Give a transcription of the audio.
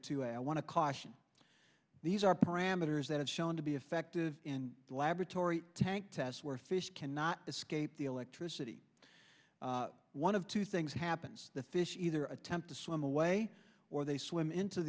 to caution these are parameters that have shown to be effective in the laboratory tank tests where fish cannot escape the electricity one of two things happens the fish either attempt to swim away or they swim into